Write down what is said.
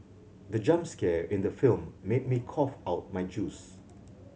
the jump scare in the film made me cough out my juice